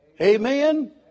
Amen